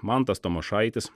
mantas tamošaitis